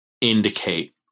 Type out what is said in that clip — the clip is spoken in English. indicate